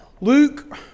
Luke